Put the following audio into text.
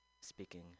speaking